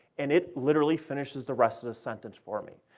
and it literally finishes the rest of the sentence for me.